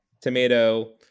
tomato